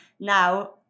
now